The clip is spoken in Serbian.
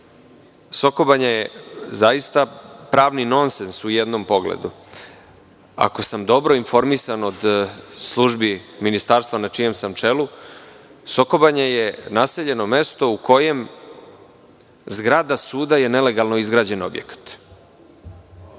Soko Banja je zaista pravni nonsens u jednom pogledu. Ako sam dobro informisan od službi Ministarstva na čijem sam čelu, Soko Banja je naseljeno mesto u kojem je zgrada suda nelegalno izgrađen objekat,